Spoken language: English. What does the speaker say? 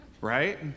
right